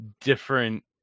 different